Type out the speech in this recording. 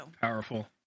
powerful